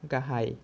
गाहाय